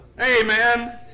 Amen